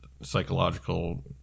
psychological